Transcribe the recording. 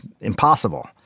impossible